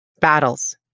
Battles